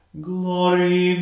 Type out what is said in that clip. Glory